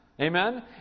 Amen